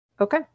Okay